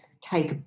take